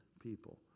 people